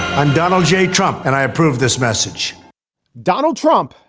i'm donald j. trump, and i approve this message donald trump.